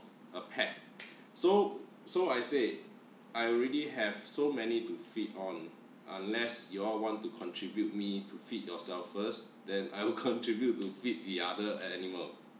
a pet so so I say I already have so many to feed on unless you all want to contribute me to feed yourself first then I will contribute to feed the other animal